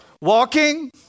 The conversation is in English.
walking